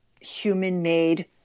human-made